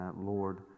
Lord